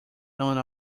none